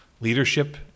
leadership